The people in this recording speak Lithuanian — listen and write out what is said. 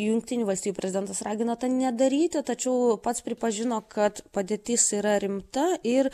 jungtinių valstijų prezidentas ragina tą nedaryti tačiau pats pripažino kad padėtis yra rimta ir